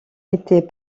était